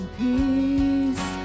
peace